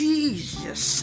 Jesus